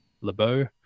Lebeau